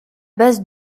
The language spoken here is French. base